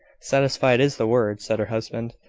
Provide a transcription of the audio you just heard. satisfied is the word, said her husband.